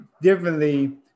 differently